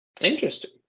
Interesting